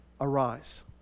arise